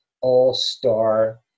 all-star